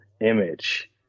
image